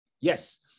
Yes